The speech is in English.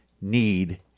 need